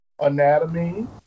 anatomy